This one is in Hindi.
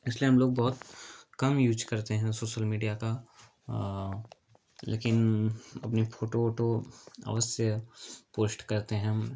इसलिए हम लोग बहोत कम यूज करते हैं सोसल मीडिया का लेकिन अपनी फोटो ओटो अवश्य पोश्ट करते हैं हम